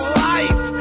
life